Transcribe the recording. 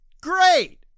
Great